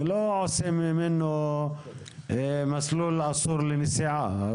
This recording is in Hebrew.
לא עושים מזה מסלול אסור לנסיעה.